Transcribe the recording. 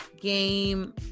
game